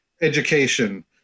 education